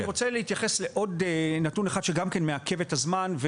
אני רוצה להתייחס לעוד נתון אחד שגם מעכב את הזמן,